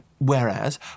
Whereas